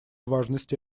важности